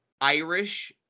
Irish